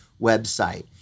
website